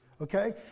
Okay